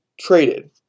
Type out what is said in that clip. traded